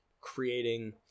creating